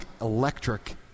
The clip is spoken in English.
electric